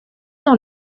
dans